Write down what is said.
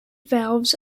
valves